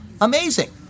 amazing